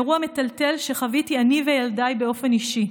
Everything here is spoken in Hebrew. מאירוע מטלטל שחווינו אני וילדיי באופן אישי.